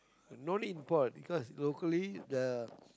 no need import because locally the